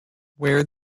where